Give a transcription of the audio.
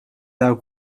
ddaw